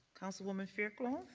councilwoman fairclough.